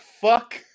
fuck